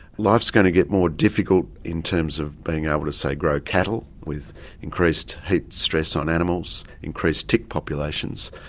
life's going to get more difficult in terms of being able to, say, grow cattle, with increased heat stress on animals, increased tick populations.